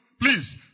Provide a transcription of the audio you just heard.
please